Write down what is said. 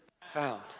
found